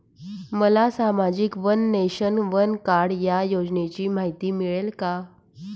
मला सामाजिक one nation, one card या योजनेची माहिती मिळेल का?